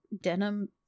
denim